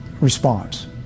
response